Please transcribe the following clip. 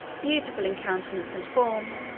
beautiful in countenance and form,